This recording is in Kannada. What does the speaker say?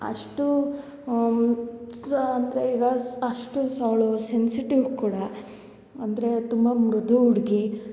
ಅಷ್ಟು ಸ ಅಂದರೆ ಈಗ ಅಷ್ಟು ಅವಳು ಸೆನ್ಸಿಟಿವ್ ಕೂಡ ಅಂದರೆ ತುಂಬ ಮೃದು ಹುಡ್ಗಿ